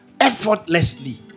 effortlessly